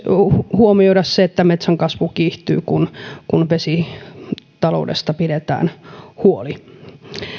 huomioida se että metsän kasvu kiihtyy kun kun vesitaloudesta pidetään huoli